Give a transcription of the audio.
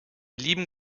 lieben